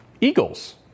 eagles